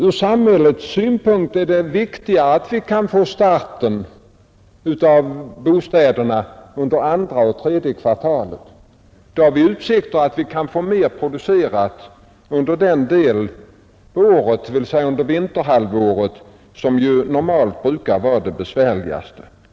Ur samhällets synpunkt är det viktigare att man startar byggandet av bostäderna under andra och tredje kvartalet. Då har vi utsikter att få mer producerat under den del av året — dvs. vinterhalvåret — som normalt är det besvärligaste.